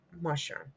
Mushroom